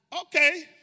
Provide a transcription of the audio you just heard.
Okay